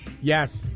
Yes